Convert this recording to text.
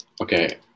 Okay